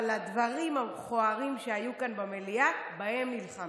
אבל הדברים המכוערים שהיו כאן במליאה, בהם נלחמתי.